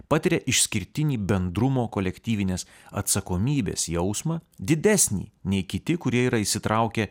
patiria išskirtinį bendrumo kolektyvinės atsakomybės jausmą didesnį nei kiti kurie yra įsitraukę